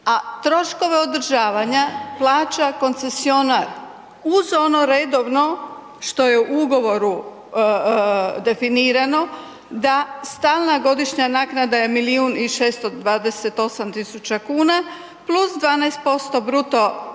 a troškove održavanja plaća koncesionar uz ono redovno što je u ugovoru definirano, da stalna godišnja naknada je milijun i 628 tisuća kuna + 12% bruto